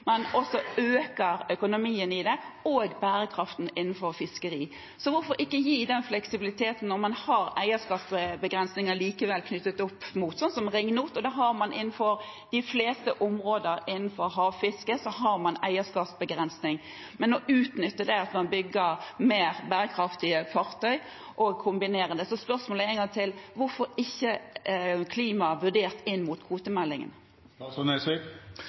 Man styrker også økonomien og bærekraften innenfor fiskeri. Hvorfor ikke gi den fleksibiliteten når man likevel har eierskapsbegrensninger knyttet opp mot f.eks. ringnot – på de fleste områder innenfor havfiske har man eierskapsbegrensninger – og utnytte det at man bygger mer bærekraftige fartøy, og kombinere det. Spørsmålet er en gang til: Hvorfor er ikke klima vurdert